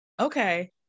Okay